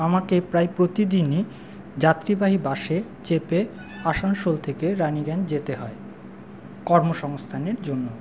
আমাকে প্রায় প্রতিদিনই যাত্রীবাহী বাসে যেতে আসানসোল থেকে রানিগঞ্জ যেতে হয় কর্মসংস্থানের জন্য